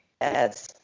Yes